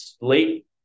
late